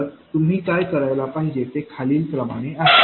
तर तुम्ही काय करायला पाहिजे ते खालीलप्रमाणे आहे